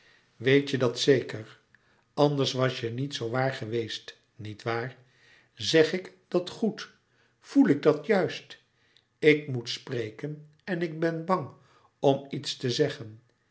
weet je dat zeker anders was je niet zoo waar geweest niet waar zeg ik dat goed voel ik dat juist ik moet spreken en ik ben bang om iets te zeggen